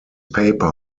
paper